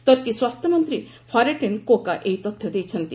ତର୍କୀ ସ୍ୱାସ୍ଥ୍ୟମନ୍ତ୍ରୀ Fahrettin Koca ଏହି ତଥ୍ୟ ଦେଇଛନ୍ତି